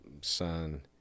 son